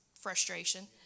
frustration